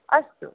अस्तु